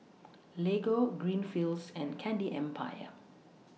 Lego Greenfields and Candy Empire